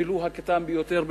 ולו הקטן ביותר,